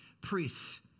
priests